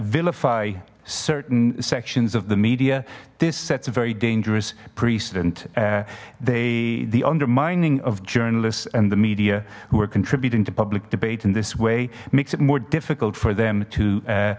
vilify certain sections of the media this sets a very dangerous precedent they the undermining of journalists and the media who are contributing to public debate in this way makes it more difficult for them to